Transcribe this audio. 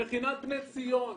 במכינת בני ציון,